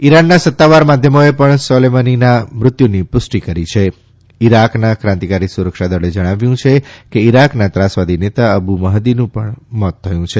ઇરાનના સત્તાવાર માધ્યમોએ પણ સોલેમનીના મૃત્યુની પુષ્ટી કરી છે ઇરાકના ક્રાંતિકારી સુરક્ષાદળે જણાવ્યું છે કે ઇરાકના ત્રાસવાદી નેતા અબુ મહદીનું પણ ત થયું છે